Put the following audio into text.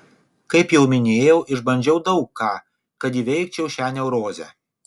kaip jau minėjau išbandžiau daug ką kad įveikčiau šią neurozę